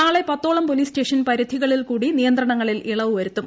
നാളെ പത്തോളം police station പരിധികളിൽകൂടി നിയന്ത്രണങ്ങളിൽ ഇളവ് വരുത്തും